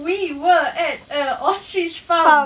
we were at a ostrich farm